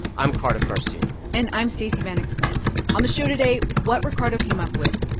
i'm cardiff garcia and i'm stacey vanek smith on the show today what ricardo came up with,